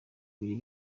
ibiri